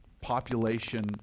Population